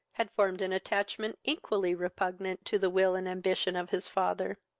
had formed an attachment equally repugnant to the will and ambition of his father.